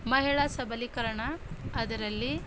ಮಹಿಳಾ ಸಬಲೀಕರಣ ಅದರಲ್ಲಿ